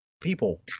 people